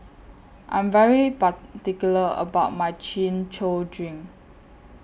I Am very particular about My Chin Chow Drink